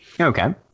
Okay